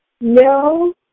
no